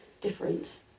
different